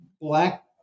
black